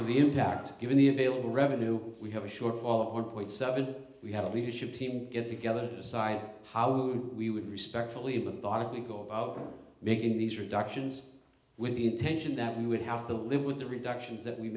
the impact given the available revenue if we have a shortfall of one point seven we have a leadership team get together to decide how we would respectfully methodically go about making these reductions with the intention that we would have to live with the reductions that we